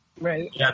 right